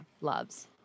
loves